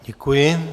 Děkuji.